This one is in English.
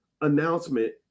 announcement